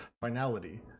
finality